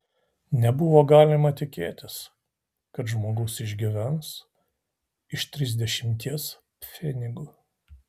nebuvo galima tikėtis kad žmogus išgyvens iš trisdešimties pfenigų